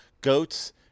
Goats